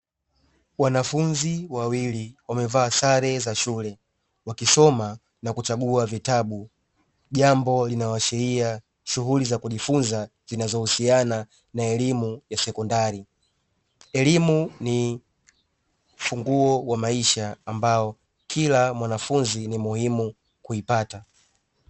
Wanafunzi wawili wamevaa sare za shule wakisoma na kuchagua vitabu, jambo linaloashiria shughuli za kujifunza zinazohusiana na elimu ya sekondari. Elimu ni funguo wa maisha, ambao kila mwanafunzi ni muhimu kuipata.